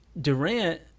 Durant